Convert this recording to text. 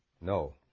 No